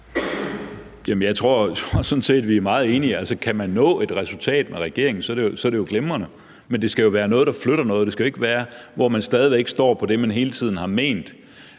set, vi er meget enige. Hvis man kan nå til et resultat med regeringen, er det glimrende, men det skal jo være noget, der flytter noget. Det skal jo ikke være sådan, at man stadig væk står fast på det, som man hele tiden har ment.